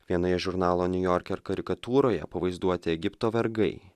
vienoje iš žurnalo niujorker karikatūroje pavaizduoti egipto vergai